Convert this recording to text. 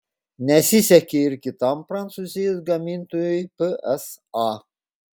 nesisekė ir kitam prancūzijos gamintojui psa